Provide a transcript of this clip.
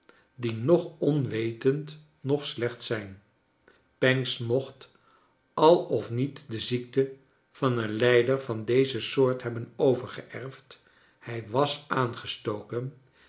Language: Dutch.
die noch onwetend noch slecht zijn pancks mocht al of niet de ziekte van een lijder van deze soort hebben overgeerfd hij was aangestoken